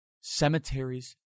cemeteries